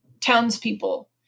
townspeople